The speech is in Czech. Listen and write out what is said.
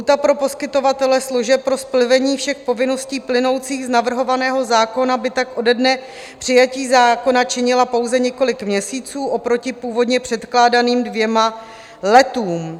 Lhůta pro poskytovatele služeb pro splnění všech povinností plynoucích z navrhovaného zákona by tak ode dne přijetí zákona činila pouze několik měsíců oproti původně předkládaným dvěma letům.